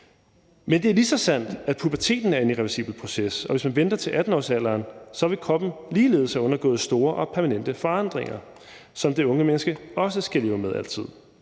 Men det er lige så sandt, at puberteten er en irreversibel proces, og hvis man venter til 18-årsalderen, vil kroppen ligeledes have undergået store og permanente forandringer, som det unge menneske også skal leve med altid,